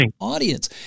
audience